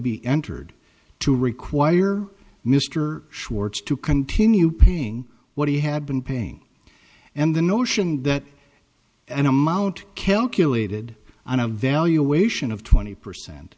be entered to require mr schwartz to continue paying what he had been paying and the notion that an amount calculated on a valuation of twenty percent